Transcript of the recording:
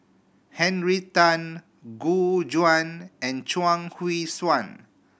Henry Tan Gu Juan and Chuang Hui Tsuan